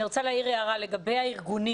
אני רוצה להעיר הערה לגבי הארגונים.